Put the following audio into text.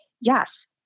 yes